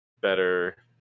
Better